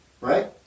right